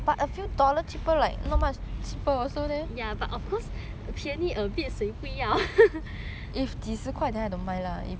ya of course 便宜 a bit 谁不要